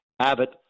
Abbott